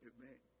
Amen